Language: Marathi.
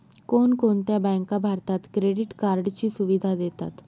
कोणकोणत्या बँका भारतात क्रेडिट कार्डची सुविधा देतात?